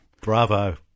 Bravo